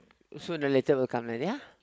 sooner or later will come lah ya